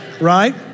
right